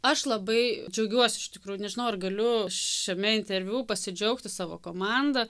aš labai džiaugiuosi iš tikrųjų nežinau ar galiu šiame interviu pasidžiaugti savo komanda